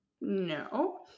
no